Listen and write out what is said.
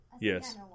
Yes